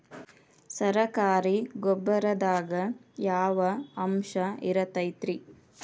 ಸರಕಾರಿ ಗೊಬ್ಬರದಾಗ ಯಾವ ಅಂಶ ಇರತೈತ್ರಿ?